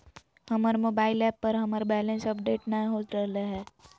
हमर mobile app पर हमर बैलेंस अपडेट नय हो रहलय हें